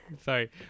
Sorry